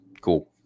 Cool